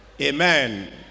amen